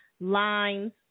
lines